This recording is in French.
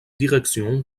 direction